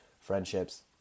friendships